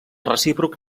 recíproc